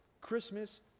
Christmas